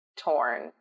torn